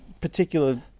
particular